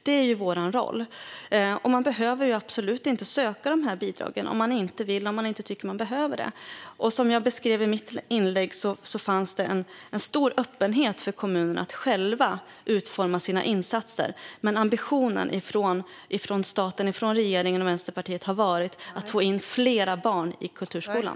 Det är vår roll. Och man behöver absolut inte söka dessa bidrag om man inte vill, om man inte tycker att man behöver det. Som jag beskrev i mitt inlägg fanns det en stor öppenhet för kommunerna att själva utforma sina insatser, men ambitionen från staten - från regeringen och Vänsterpartiet - har varit att få in fler barn i kulturskolan.